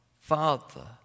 Father